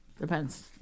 Depends